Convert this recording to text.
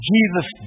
Jesus